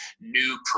new